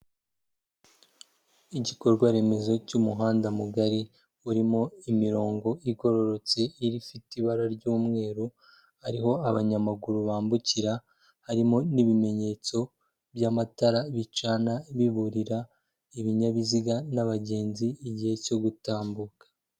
Igikorwa remezo cy'umuhanda mugari, urimo imirongo igororotse, ifite ibara ry'umweru, ariho abanyamaguru bambukira, harimo n'ibimenyetso by'amatara bicana biburira ibinyabiziga n'abagenzi, igihe cyo gutambuka.